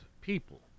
People